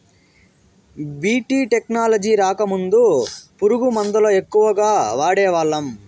BT technology రాకముందు పురుగు మందుల ఎక్కువగా వాడేవాళ్ళం